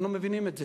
אנחנו מבינים את זה.